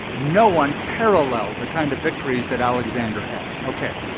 no one parallel the kind of victories that alexander had. ok.